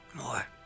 more